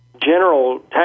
general